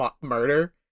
murder